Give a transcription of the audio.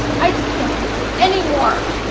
i just can't take this any more.